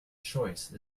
choice